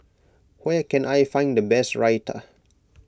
where can I find the best Raita